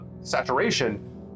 saturation